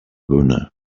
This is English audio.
boner